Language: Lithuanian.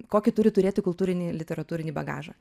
kokį turi turėti kultūrinį literatūrinį bagažą